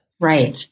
Right